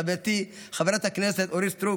חברתי חברת הכנסת אורית סטרוק,